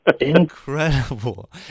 Incredible